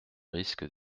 risque